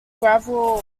gravel